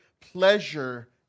pleasure